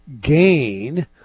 gain